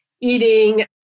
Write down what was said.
eating